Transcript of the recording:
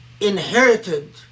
inherited